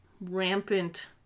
rampant